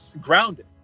grounded